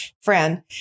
friend